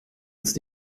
uns